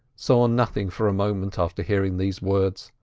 saw nothing for a moment after hearing these words.